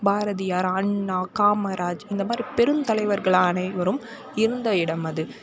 பாரதியார் அண்ணா காமராஜ் இந்த மாதிரி பெருந்தலைவர்களான அனைவரும் இருந்த இடம் அது